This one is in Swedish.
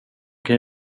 kan